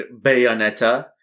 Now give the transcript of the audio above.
Bayonetta